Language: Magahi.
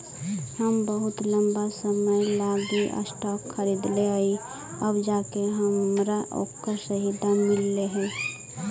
हम बहुत लंबा समय लागी स्टॉक खरीदलिअइ अब जाके हमरा ओकर सही दाम मिललई हे